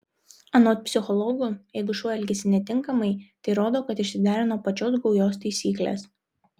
anot psichologų jeigu šuo elgiasi netinkamai tai rodo kad išsiderino pačios gaujos taisyklės